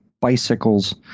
bicycles